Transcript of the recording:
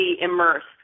immersed